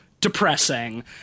depressing